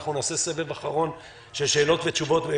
אנחנו נעשה סבב אחרון של שאלות ותשובות.